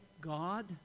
God